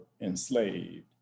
enslaved